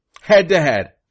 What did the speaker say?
head-to-head